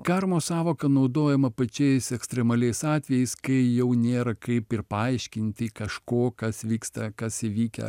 karmos sąvoka naudojama pačiais ekstremaliais atvejais kai jau nėra kaip ir paaiškinti kažko kas vyksta kas įvykę